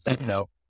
no